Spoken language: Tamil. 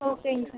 ஓகேங்க சார்